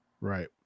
Right